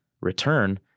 return